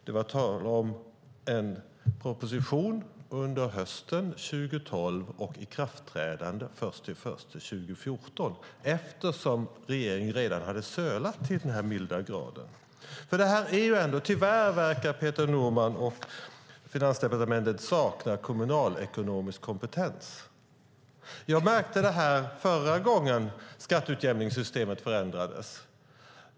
Det var tal om en proposition under hösten 2012 och ikraftträdande den 1 januari 2014, eftersom regeringen redan hade sölat så till den milda grad. Tyvärr verkar Peter Norman och Finansdepartementet sakna kommunalekonomisk kompetens. Jag märkte det förra gången när skatteutjämningssystemet förändrades.